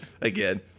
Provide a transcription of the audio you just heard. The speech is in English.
again